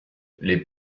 les